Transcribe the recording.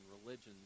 religions